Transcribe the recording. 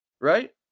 right